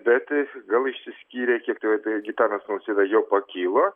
bet gal išsiskyrė kiek tai vat gitanas nausėda jau pakilo